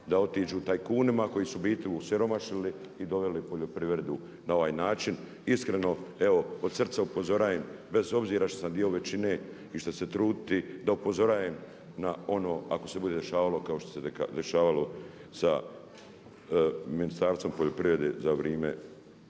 da otiđu tajkunima koji su u biti osiromašili i doveli poljoprivredu na ovaj način. Iskreno evo od srca upozorajem bez obzira što sam dio većine i što ću se truditi da upozorajem na ono ako se bude dešavalo kao što se dešavalo sa Ministarstvom poljoprivrede za vrijeme